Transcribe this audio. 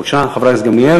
בבקשה, חברת הכנסת גמליאל.